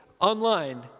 online